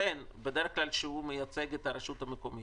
ובדרך כלל כשהוא מייצג את הרשות המקומית.